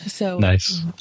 Nice